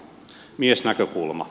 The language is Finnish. miesnäkökulma